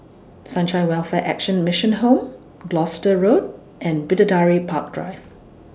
Sunshine Welfare Action Mission Home Gloucester Road and Bidadari Park Drive